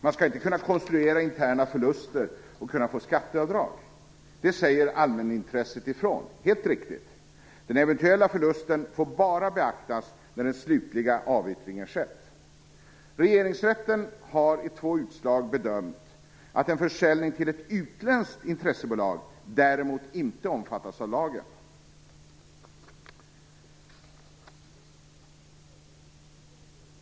Man skall inte kunna konstruera interna förluster och få skatteavdrag. Det säger allmänintresset helt riktigt ifrån. Den eventuella förlusten får bara beaktas när den slutliga avyttringen skett. Regeringsrätten har i två utslag bedömt att en försäljning till ett utländskt intressebolag däremot inte omfattas av lagen.